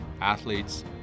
athletes